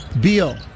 Beal